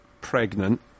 pregnant